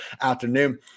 afternoon